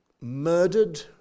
murdered